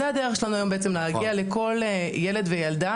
זו הדרך שלנו היום להגיע לכל ילד וילדה